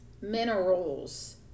minerals